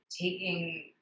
taking